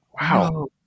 Wow